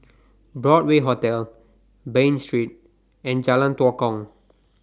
Broadway Hotel Bain Street and Jalan Tua Kong